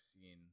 seen